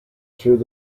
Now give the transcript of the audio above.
through